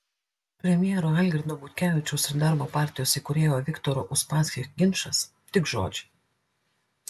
premjero algirdo butkevičiaus ir darbo partijos įkūrėjo viktoro uspaskich ginčas tik žodžiai